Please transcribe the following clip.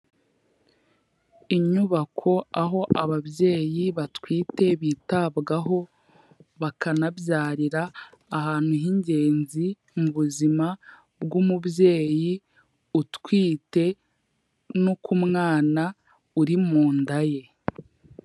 Inyubako aho ababyeyi batwite bitabwaho bakanabyarira, ahantu h'ingenzi mu buzima bw'umubyeyi utwite no ku mwana uri mu nda ye.